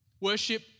Worship